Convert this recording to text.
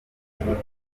igikorwa